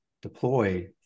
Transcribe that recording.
deploy